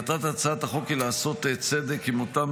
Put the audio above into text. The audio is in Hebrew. מטרת הצעת החוק היא לעשות צדק עם אותם